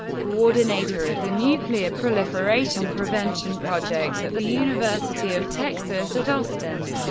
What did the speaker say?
coordinator of the nuclear proliferation prevention project at the university of texas at austin,